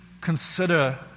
consider